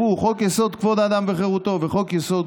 חוק-יסוד: כבוד האדם וחירותו וחוק-יסוד: